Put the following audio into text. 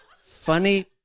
Funny